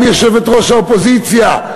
גם יושבת-ראש האופוזיציה,